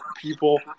people